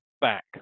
back